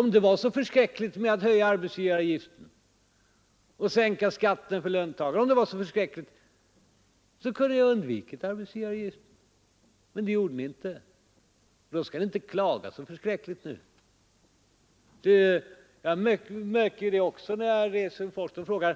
Om det var förskräckligt att höja den avgiften och sänka skatten för löntagarna, så kunde ni ha undvikit arbetsgivaravgiften. Men det gjorde ni inte. Och klaga då inte så förskräckligt nu! När jag är ute och reser förekommer det också